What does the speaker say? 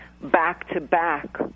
back-to-back